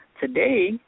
Today